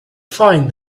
find